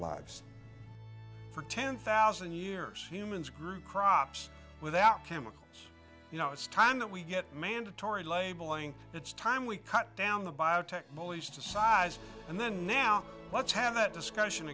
for ten thousand years humans grew crops without chemicals you know it's time that we get mandatory labeling it's time we cut down the biotech mollies to size and then now let's have that discussion